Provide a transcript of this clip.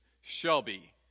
Shelby